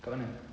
kat mana